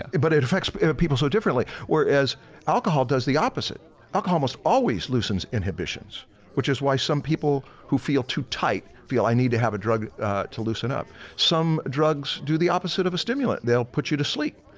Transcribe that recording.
but it affects but but people so differently, whereas alcohol does the opposite. alcohol almost always loosens inhibitions which is why some people who feel too tight feel i need to have a drug to loosen up. some drugs do the opposite of a stimulant, they'll put you to sleep.